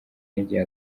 n’igihe